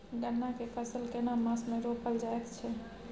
गन्ना के फसल केना मास मे रोपल जायत छै?